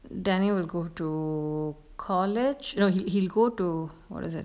danny would go to college no he he go to what is it